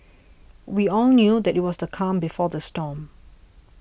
we all knew that it was the calm before the storm